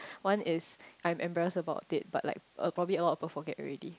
one is I'm embarrassed about it but like a probably a lot of people forget already